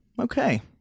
Okay